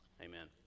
amen